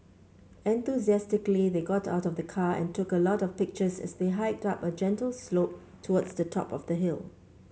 enthusiastically they got out of the car and took a lot of pictures as they hiked up a gentle slope towards the top of the hill